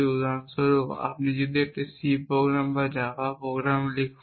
উদাহরণস্বরূপ আপনি একটি সি প্রোগ্রাম বা একটি জাভা প্রোগ্রাম লিখুন